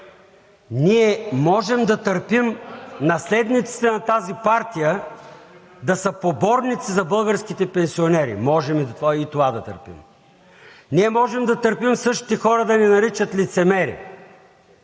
Ние можем да търпим наследниците на тази партия да са поборници за българските пенсионери – можем и това да търпим. Ние можем да търпим същите хора да ни наричат „лицемери“